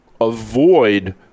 avoid